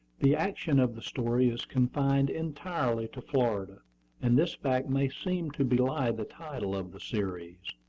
the action of the story is confined entirely to florida and this fact may seem to belie the title of the series.